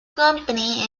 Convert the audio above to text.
company